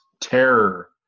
terror